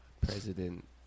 President